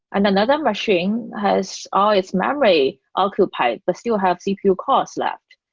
and another machine has all its memory occupied, but still have cpu cost left.